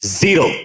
zero